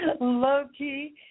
low-key